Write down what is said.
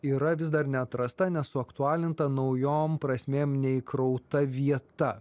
yra vis dar neatrasta nesuaktualinta naujom prasmėm neįkrauta vieta